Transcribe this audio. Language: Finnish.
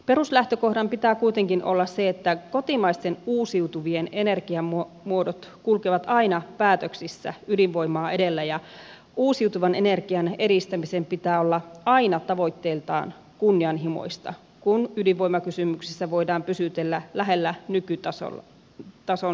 peruslähtökohdan pitää kuitenkin olla se että kotimaisten uusiutuvien energiamuodot kulkevat aina päätöksissä ydinvoimaa edellä ja uusiutuvan energian edistämisen pitää olla aina tavoitteiltaan kunnianhimoista kun ydinvoimakysymyksissä voidaan pysytellä lähellä nykytason säilyttämistä